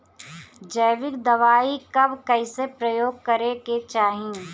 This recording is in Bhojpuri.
जैविक दवाई कब कैसे प्रयोग करे के चाही?